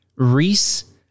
Reese